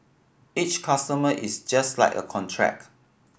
each customer is just like a contract